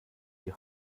die